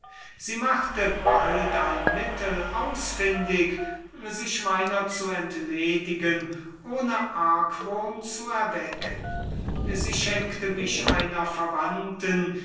sie machte bald ein mittel ausfündig sich meiner zu entledigen ohne einigen argwohn zu erwecken sie schenkte mich einer verwandten